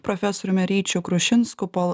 profesoriumi ryčiu krušinsku po